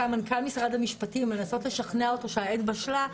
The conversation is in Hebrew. עם מנכ"ל משרד המשפטים כדי לנסות לשכנע אותו שהעת בשלה.